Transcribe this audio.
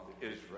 Israel